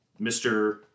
Mr